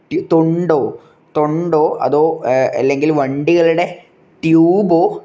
ഈ തൊണ്ടോ തൊണ്ടോ അതോ അല്ലങ്കില് വണ്ടികളുടെ ട്യൂബൊ